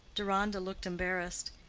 deronda looked embarrassed.